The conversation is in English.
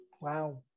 Wow